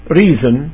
reason